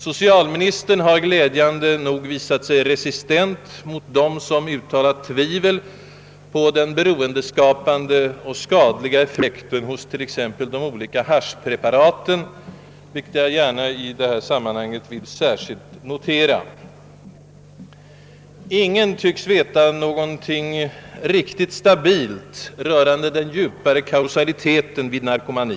Socialministern har glädjande nog visat sig vara resistent mot dem som uttalar tvivel på den beroendeskapande och skadliga effekten hos t.ex. de olika haschpreparaten, något som jag i detta sammanhang gärna och med uppskattning vill särskilt notera. Ingen tycks veta någonting riktigt stabilt rörande den djupare kausaliteten vid narkomani.